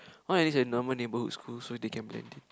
I want enlist in normal neighbourhood school so they can blend in